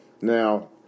Now